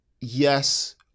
Yes